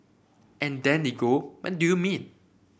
and then they go what do you mean